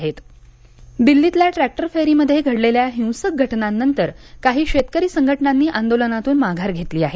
शेतकरी संघटना दिल्लीतल्या ट्रॅक्टर फेरीमध्ये घडलेल्या हिंसक घटनांनंतर काही शेतकरी संघटनांनी आंदोलनातून माघार घेतली आहे